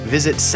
Visit